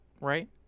right